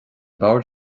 bord